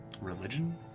Religion